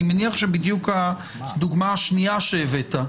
אני מניח שבדיוק הדוגמה השנייה שהבאת,